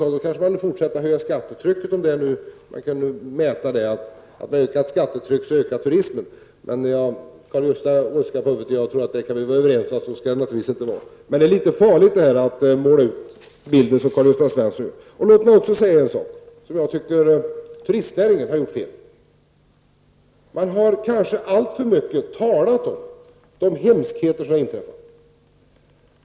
Skulle man gå efter ökningssiffrorna, borde man kanske öka skattetrycket. Ökar man skattetrycket, ökar turismen! Karl-Gösta Svenson skakar på huvudet, och jag tror att vi kan vara överens om att vi naturligtvis inte skall göra på det sättet. Men det är litet farligt att måla upp den bild som Karl-Gösta Svenson målade upp. Låt mig peka på en sak där jag tycker turistnäringen har gjort fel. Kanske har man alltför mycket talat om de hemska saker som har inträffat.